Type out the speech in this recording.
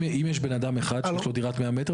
אם יש בן אדם אחד שיש לו דירת 100 מ"ר,